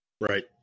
right